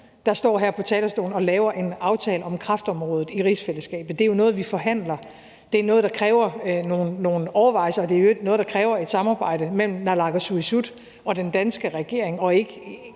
der står her på talerstolen og laver en aftale om kræftområdet i rigsfællesskabet. Det er jo noget, vi forhandler om. Det er noget, der kræver nogle overvejelser, og det er i øvrigt noget, der kræver et samarbejde mellem naalakkersuisut og den danske regering og ikke